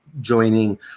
joining